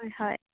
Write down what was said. হয় হয়